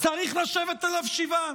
צריך לשבת עליו שבעה,